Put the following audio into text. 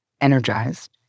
energized